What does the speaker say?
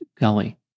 gully